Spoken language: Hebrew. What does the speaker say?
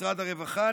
משרד הרווחה,